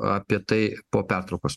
apie tai po pertraukos